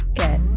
get